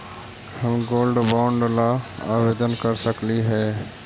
हम gold bond ला आवेदन कर सकली हे?